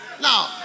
Now